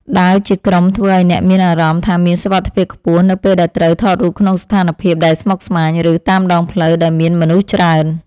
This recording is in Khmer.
ដើរជាក្រុមធ្វើឱ្យអ្នកមានអារម្មណ៍ថាមានសុវត្ថិភាពខ្ពស់នៅពេលដែលត្រូវថតរូបក្នុងស្ថានភាពដែលស្មុគស្មាញ ឬ តាមដងផ្លូវដែលមានមនុស្សច្រើន។